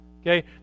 Okay